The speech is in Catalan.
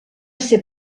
ser